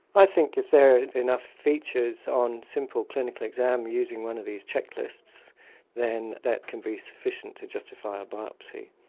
i think if there are enough features on simple clinical exam using one of these check lists then that can be sufficient to justify a biopsy.